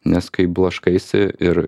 nes kai blaškaisi ir